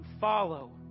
follow